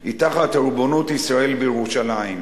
היא תחת ריבונות ישראל בירושלים.